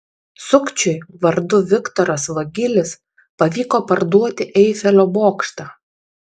sukčiui vardu viktoras vagilis pavyko parduoti eifelio bokštą